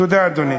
תודה, אדוני.